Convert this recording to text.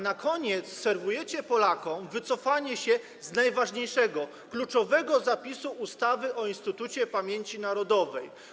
Na koniec serwujecie Polakom wycofanie się z najważniejszego, kluczowego zapisu ustawy o Instytucie Pamięci Narodowej.